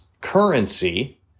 currency